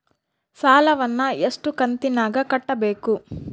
ಸಾಲವನ್ನ ಎಷ್ಟು ಕಂತಿನಾಗ ಕಟ್ಟಬೇಕು?